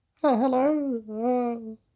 hello